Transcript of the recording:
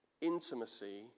Intimacy